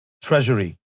treasury